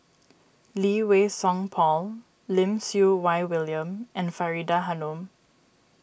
Lee Wei Song Paul Lim Siew Wai William and Faridah Hanum